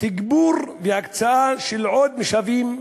תגבור והקצאה של עוד משאבים,